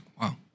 Wow